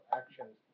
actions